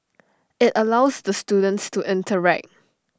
IT allows the students to interact